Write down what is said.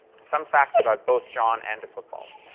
some facts about both john and the football.